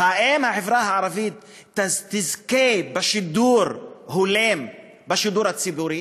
האם החברה הערבית תזכה בשידור הולם בשידור הציבורי?